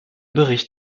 bericht